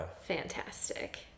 fantastic